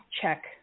check